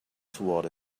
toward